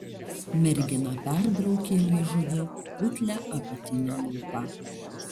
mergina perbraukė liežuviu putlią apatinę lūpą